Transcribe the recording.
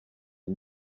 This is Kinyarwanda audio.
iyo